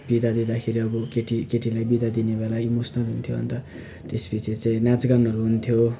बिदा दिँदाखेरि अब केटी केटीलाई बिदा दिने बेला इमोसनल हुन्थ्यो अन्त त्यसपछि चाहिँ नाचगानहरू हुन्थ्यो